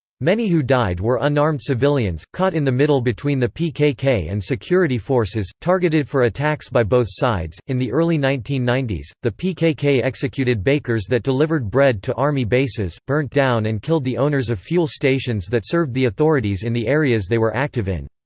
many who died were unarmed civilians, caught in the middle between the pkk and security forces, targeted for attacks by both sides in the early nineteen ninety s, the pkk executed bakers that delivered bread to army bases, burnt down and killed the owners of fuel stations that served the authorities in the areas they were active in.